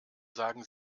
sagen